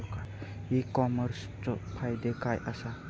E कॉमर्सचो फायदो काय असा?